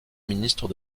ministre